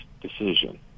decision